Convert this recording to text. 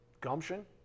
gumption